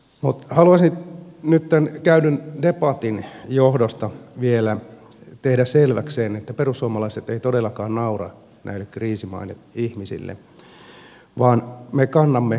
mutta haluaisin nyt tämän käydyn debatin johdosta vielä tehdä selväksi sen että perussuomalaiset eivät todellakaan naura näille kriisimaiden ihmisille vaan me kannamme huolta heistä